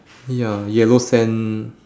ya yellow sand